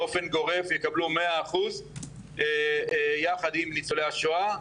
באופן גורף יקבלו 100% יחד עם ניצולי השואה,